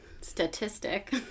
statistic